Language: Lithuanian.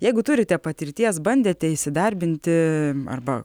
jeigu turite patirties bandėte įsidarbinti arba